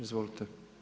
Izvolite.